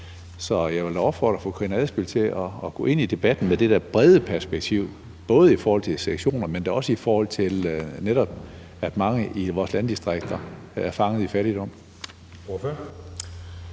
Så jeg vil da opfordre fru Karina Adsbøl til at gå ind i debatten med det der brede perspektiv, både i forhold til sektioner, men da netop også i forhold til det, at mange i vores landdistrikter er fanget i fattigdom.